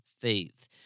faith